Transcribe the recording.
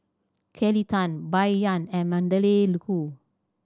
Kelly Tang Bai Yan and Magdalene Khoo